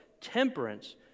Temperance